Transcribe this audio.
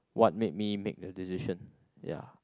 what made me made the decision ya